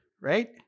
right